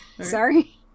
Sorry